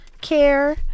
care